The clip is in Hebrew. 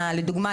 לדוגמה,